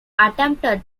attempted